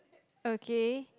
okay